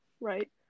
right